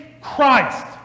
Christ